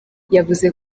yavuze